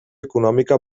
econòmica